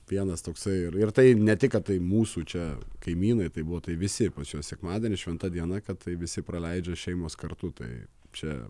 vienas toksai ir tai ne tik kad tai mūsų čia kaimynai tai buvo tai visi pas juos sekmadienis šventa diena kad tai visi praleidžia šeimos kartu tai čia